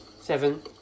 Seven